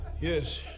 yes